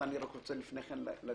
אני רוצה